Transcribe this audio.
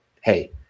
hey